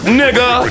nigga